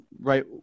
right